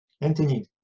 Anthony